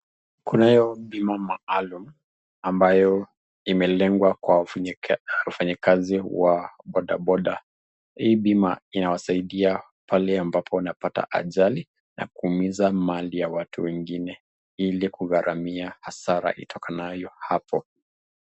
Kunayo bima maalum ambayo imelengwa kwa wafanyikazi wa bodaboda. Hii bima inawasaidia pale ambapo unapata ajali na kuumiza mali ya watu wengine, ili kugharamia hasara itokanayo hapo.